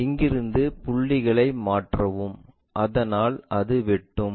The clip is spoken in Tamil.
இங்கிருந்து புள்ளிகளை மாற்றவும் அதனால் அது வெட்டும்